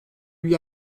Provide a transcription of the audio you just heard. lui